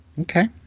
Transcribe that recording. Okay